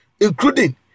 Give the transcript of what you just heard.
including